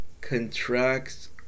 contracts